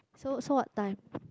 so so what time